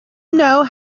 know